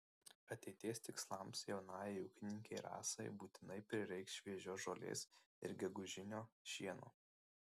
ateities tikslams jaunajai ūkininkei rasai būtinai prireiks šviežios žolės ir gegužinio šieno